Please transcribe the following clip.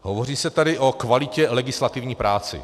Hovoří se tady o kvalitě legislativní práce.